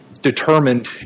determined